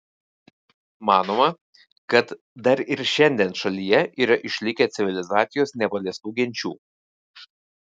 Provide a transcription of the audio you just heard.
manoma kad dar ir šiandien šalyje yra išlikę civilizacijos nepaliestų genčių